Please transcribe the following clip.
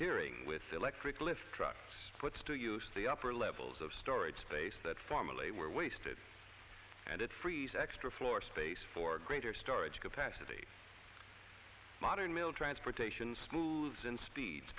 tearing with electric lift truck puts to use the upper levels of storage space that formulae were wasted and it frees extra floor space for greater storage capacity modern mill transportation schools in speeds